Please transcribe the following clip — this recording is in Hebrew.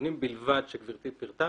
מהנתונים בלבד שפירטה